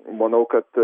manau kad